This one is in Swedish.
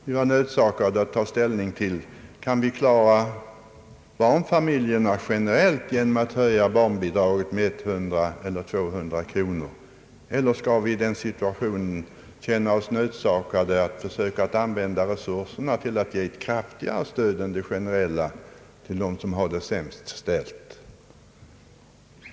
Vi har varit nödsakade att ta ställning till frågan: Kan vi klara barnfamiljerna generellt genom att höja barnbidraget med 109 eller 200 kronor, eller skall vi i den här situationen känna oss nödsakade att försöka använda resurserna för att ge ett kraftigare stöd än ett generellt sådant till dem som har det sämst ställt?